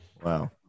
Wow